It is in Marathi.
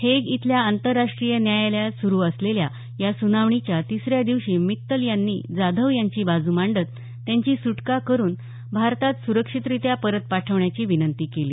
हेग इथल्या आंतरराष्ट्रीय न्यायालयात सुरू असलेल्या या सुनावणीच्या तिसऱ्या दिवशी मित्तल यांनी जाधव यांची बाजू मांडत त्यांची सुटका करून भारतात सुरक्षितरित्या परत पाठवण्याची विनंती केली